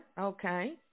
Okay